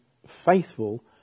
faithful